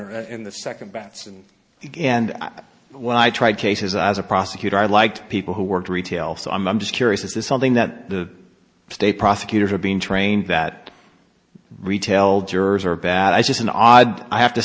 honor and the second batson and when i tried cases as a prosecutor i liked people who worked retail so i'm just curious is this something that the state prosecutors are being trained that retail jurors are bad i just an odd i have to